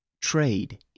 Trade